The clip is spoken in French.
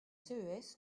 ces